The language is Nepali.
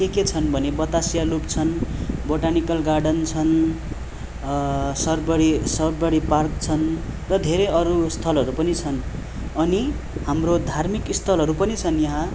के के छन् भने बतासिया लुप छन् बोटानिकल गार्डन छन् सरबरी सर्बरी पार्क छन् र धेरै अरू स्थलहरू पनि छन् अनि हाम्रो धार्मिक स्थलहरू पनि छन् यहाँ